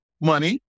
Money